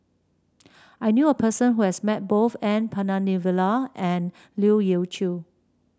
I knew a person who has met both N Palanivelu and Leu Yew Chye